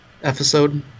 episode